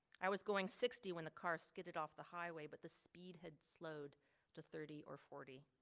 i was going sixty when the car skidded off the highway, but the speed had slowed to thirty or forty.